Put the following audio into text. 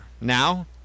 Now